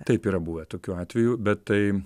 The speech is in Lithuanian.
taip yra buvę tokių atvejų bet tai